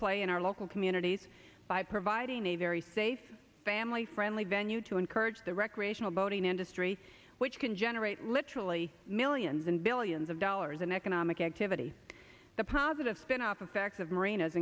play in our local communities by providing a very safe family friendly venue to encourage the recreational boating industry which can generate literally millions and billions of dollars in economic activity the positive spin off effect of marinas